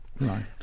Right